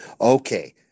Okay